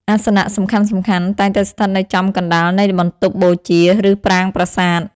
អាសនៈសំខាន់ៗតែងតែស្ថិតនៅចំកណ្ដាលនៃបន្ទប់បូជា ឬប្រាង្គប្រាសាទ។